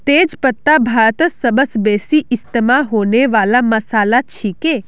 तेज पत्ता भारतत सबस बेसी इस्तमा होने वाला मसालात छिके